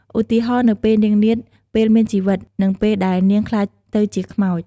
ឧទាហរណ៍ នៅពេលនាងនាថពេលមានជីវិត និងពេលដែលនាងក្លាយទៅជាខ្មោច ។